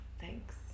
thanks